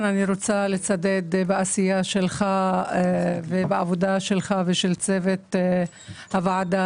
אני רוצה לצדד בעשייה שלך ובעבודה שלך ושל צוות הוועדה,